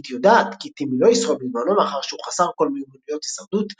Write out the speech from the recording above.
אדית יודעת כי טימי לא ישרוד בזמנו מאחר שהוא חסר כל מיומנויות הישרדות,